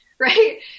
Right